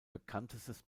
bekanntestes